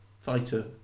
fighter